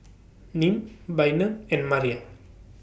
Nim Bynum and Maria